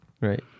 Right